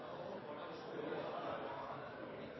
statsråd